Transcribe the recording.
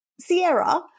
Sierra